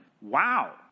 Wow